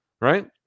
right